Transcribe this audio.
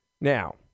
now